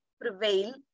prevail